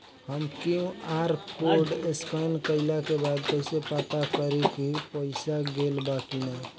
हम QR code scan कइला के बाद कइसे पता करि की पईसा गेल बा की न?